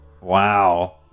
Wow